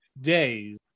days